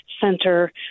center